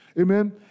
Amen